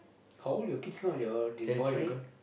how old are your kids now your this boy and the girl